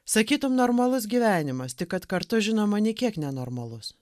sakytum normalus gyvenimas tik kad kartu žinoma nė kiek nenormalus